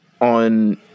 on